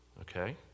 Okay